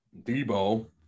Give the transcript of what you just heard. Debo